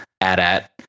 AT-AT